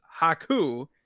Haku